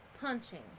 punching